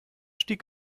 stieg